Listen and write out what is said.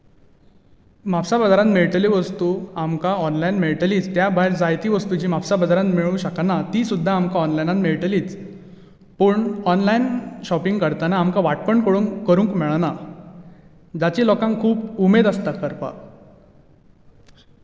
म्हापसा बाजारांत मेळटली वस्तू आमकां ऑनलायन मेळटलीच त्या भायर जायती वस्तू म्हापसा बाजारांत मेळूंक शकना ती सुद्दां आमकां ऑनलायनान मेळटलीच पूण ऑनलायन श्यॉपींग करतना आमकां वाणपण करूंक मेळना जाची लोकांक खूब उमेद आसता करपाक